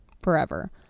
forever